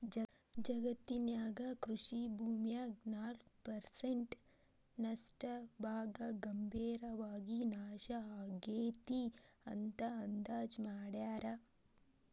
ಜಗತ್ತಿನ್ಯಾಗ ಕೃಷಿ ಭೂಮ್ಯಾಗ ನಾಲ್ಕ್ ಪರ್ಸೆಂಟ್ ನಷ್ಟ ಭಾಗ ಗಂಭೇರವಾಗಿ ನಾಶ ಆಗೇತಿ ಅಂತ ಅಂದಾಜ್ ಮಾಡ್ಯಾರ